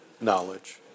knowledge